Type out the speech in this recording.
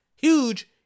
Huge